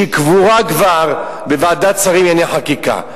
שקבורה כבר בוועדת שרים לענייני חקיקה.